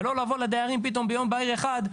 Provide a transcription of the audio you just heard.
ולא לבוא לדיירים פתאום ביום בהיר אחד,